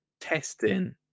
testing